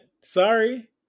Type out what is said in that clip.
Sorry